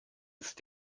ist